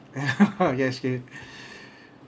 yes K